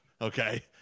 Okay